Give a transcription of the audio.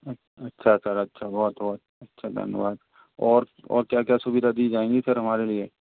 अच्छा सर अच्छा बहुत बहुत अच्छा धन्यवाद और क्या क्या सुविधा दी जाएंगी सर हमारे लिए